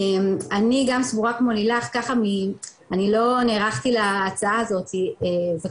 אני גם סבורה כמו לילך ככה אני לא נערכתי להצעה הזאת וכמובן